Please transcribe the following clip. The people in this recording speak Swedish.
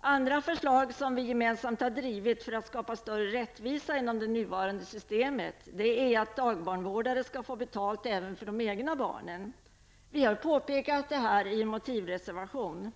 Andra förslag som vi gemensamt har drivit för att skapa större rättvisa inom det nuvarande systemet är att dagbarnvårdare skall få betalt även för de egna barnen. Vi har påpekat detta i en motivreservation.